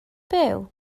byw